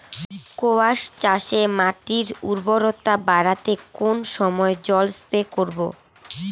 কোয়াস চাষে মাটির উর্বরতা বাড়াতে কোন সময় জল স্প্রে করব?